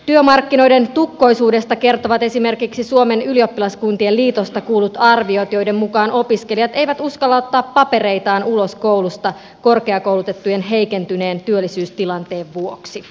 työmarkkinoiden tukkoisuudesta kertovat esimerkiksi suomen ylioppilaskuntien liitosta kuullut arviot joiden mukaan opiskelijat eivät uskalla ottaa papereitaan ulos koulusta korkeakoulutettujen heikentyneen työllisyystilanteen vuoksi